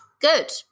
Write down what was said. Good